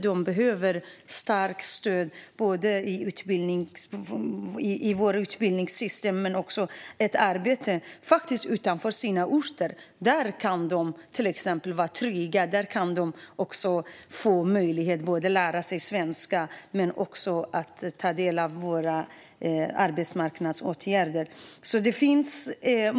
De behöver både ett starkt stöd i utbildningssystemet och ett arbete utanför förorten. Då kan de känna sig trygga, få möjlighet att lära sig svenska och ta del av våra arbetsmarknadsåtgärder.